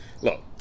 look